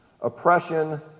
oppression